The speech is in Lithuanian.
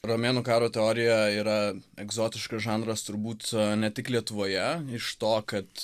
romėnų karo teorija yra egzotiškas žanras turbūt ne tik lietuvoje iš to kad